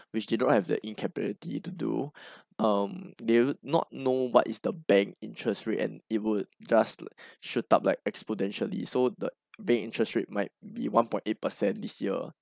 which they don't have the incapability to do um they not know what is the bank interest rate and it would just shoot up like exponentially so the bank interest rate might be one point eight percent this year